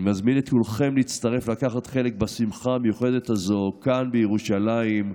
אני מזמין את כולכם להצטרף ולקחת חלק בשמחה המיוחדת הזאת כאן בירושלים,